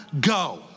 go